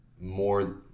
more